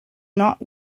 not